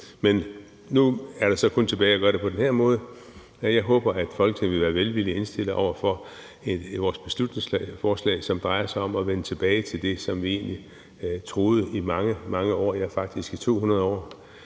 men nu er der så kun tilbage at gøre det på den her måde. Jeg håber, at Folketinget vil være velvilligt indstillet over for vores beslutningsforslag, som drejer sig om at vende tilbage til det, som vi egentlig troede der var i mange, mange år, ja, faktisk i 200 år,